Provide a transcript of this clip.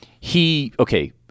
he—okay